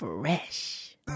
Fresh